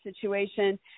situation